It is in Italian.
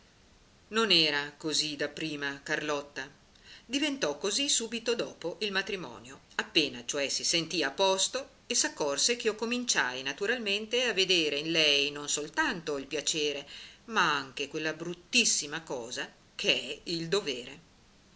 non era così dapprima carlotta diventò così subito dopo il matrimonio appena cioè si sentì a posto e s'accorse ch'io cominciai naturalmente a vedere in lei non soltanto il piacere ma anche quella bruttissima cosa che è il dovere